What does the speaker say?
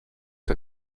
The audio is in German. der